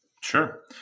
Sure